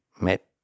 met